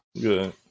Good